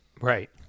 Right